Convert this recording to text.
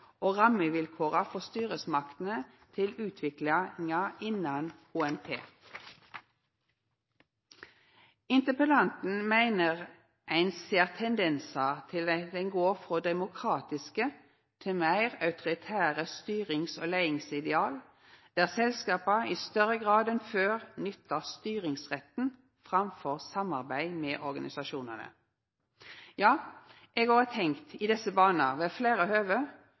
rammevilkåra frå styresmaktene til utviklinga innan HMT. Interpellanten meiner ein ser «tendensar til at ein går frå den demokratiske til meir autoritære styrings- og leiingsideal, der selskapa i større grad enn før nyttar styringsretten framfor samarbeid med organisasjonane.» Ja, eg har òg tenkt i desse baner ved fleire høve